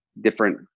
different